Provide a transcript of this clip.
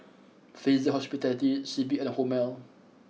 Fraser Hospitality C P and Hormel